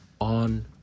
on